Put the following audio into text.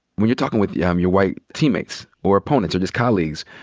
when you're talking with yeah um your white teammates, or opponents, or just colleagues,